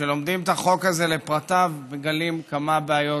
כשלומדים את החוק הזה לפרטיו מגלים כמה בעיות,